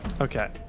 Okay